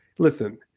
Listen